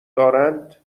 دارند